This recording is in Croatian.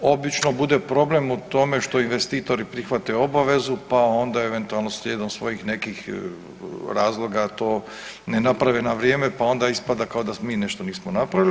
Obično bude problem u tome što investitori prihvate obavezu pa onda eventualno slijedom svojih nekih razloga to ne naprave na vrijeme pa onda ispada kao da mi nešto nismo napravili.